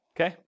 Okay